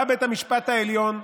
בא בית המשפט העליון,